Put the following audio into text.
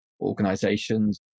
organizations